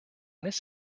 this